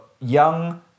young